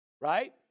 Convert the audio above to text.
Right